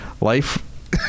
life